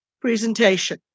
presentation